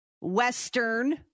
Western